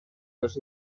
los